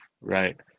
Right